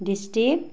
district